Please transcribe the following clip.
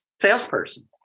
salesperson